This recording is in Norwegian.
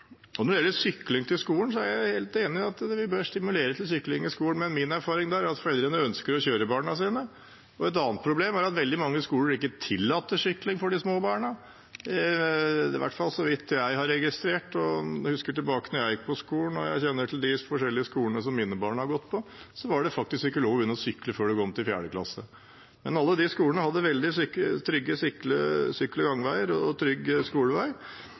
bil. Når det gjelder sykling til skolen, er jeg helt enig i at vi bør stimulere til det, men min erfaring er at foreldrene ønsker å kjøre barna sine. Et annet problem er at veldig mange skoler ikke tillater sykling for de små barna. Så vidt jeg har registrert – jeg husker tilbake til da jeg gikk på skolen, og jeg kjenner til de forskjellige skolene som mine barn har gått på – var det ikke lov å begynne å sykle før man kom i 4. klasse. Alle de skolene hadde veldig trygge sykkel- og gangveier og trygg skolevei.